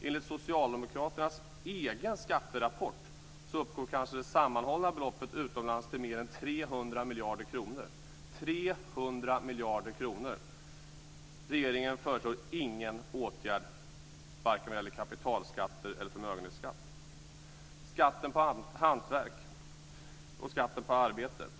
Enligt socialdemokraternas egen skatterapport uppgår kanske det sammanhållna beloppet utomlands till men än 300 miljarder kronor. Regeringen föreslår ingen åtgärd vare sig vad gäller kaptialskatter eller förmögenhetsskatt. Det gäller skatten på hantverk och skatten på arbete.